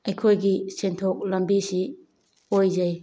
ꯑꯩꯈꯣꯏꯒꯤ ꯁꯦꯟꯊꯣꯛ ꯂꯝꯕꯤꯁꯤ ꯑꯣꯏꯖꯩ